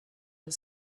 the